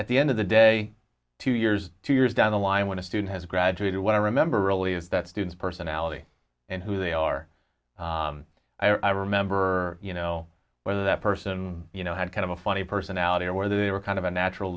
at the end of the day two years two years down the line when a student has graduated what i remember really is that students personality and who they are i remember you know whether that person you know had kind of a funny personality or whether they were kind of a natural